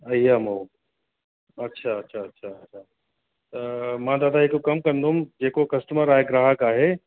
अहिया मां अछा अछा अछा अछा त मां दादा हिकु कमु कंदुमि जेको कस्टमर आहे ग्राहक आहे